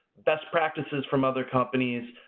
best practices from other companies,